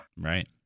right